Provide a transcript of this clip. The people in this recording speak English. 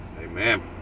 Amen